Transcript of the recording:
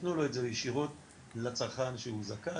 שיתנו לו את זה ישירות לצרכן שהוא זכאי,